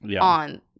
on